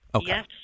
Yes